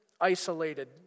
isolated